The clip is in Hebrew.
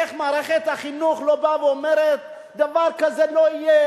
איך מערכת החינוך לא באה ואומרת: דבר כזה לא יהיה,